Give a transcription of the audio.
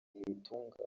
nitunga